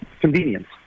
convenience